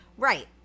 Right